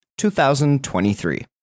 2023